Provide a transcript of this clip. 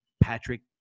Patrick